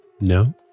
No